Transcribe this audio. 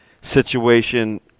situation